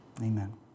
amen